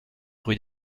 rue